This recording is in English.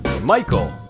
Michael